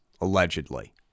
allegedly